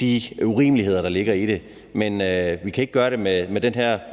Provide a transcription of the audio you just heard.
de urimeligheder, der ligger i det. Men vi kan ikke gøre det med det